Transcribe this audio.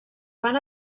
van